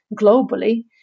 globally